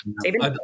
David